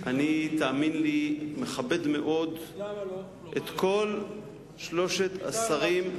תאמין לי שאני מאוד מכבד את כל שלושת השרים,